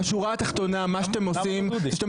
בשורה התחתונה מה שאתם עושים הוא שאתם